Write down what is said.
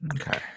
Okay